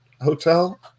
Hotel